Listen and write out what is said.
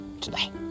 today